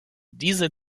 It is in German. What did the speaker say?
diese